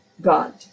God